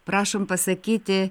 prašom pasakyti